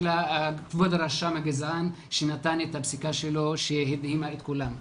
כבוד הרשם הגזען שנתן את הפסיקה שלו שהדהימה את כולנו.